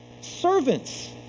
Servants